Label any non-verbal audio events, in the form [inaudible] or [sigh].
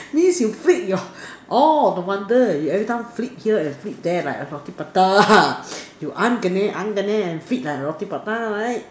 please you freak your orh no wonder you everytime flip here and flip there like a roti prata [noise] you [noise] flip like roti prata right